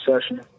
session